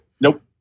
Nope